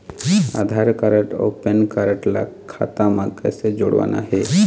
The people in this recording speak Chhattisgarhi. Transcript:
आधार कारड अऊ पेन कारड ला खाता म कइसे जोड़वाना हे?